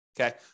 okay